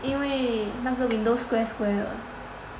因为那个 window square square lah